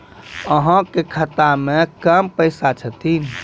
अहाँ के खाता मे कम पैसा छथिन?